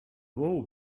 bou